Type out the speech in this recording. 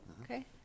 Okay